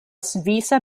svisa